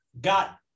got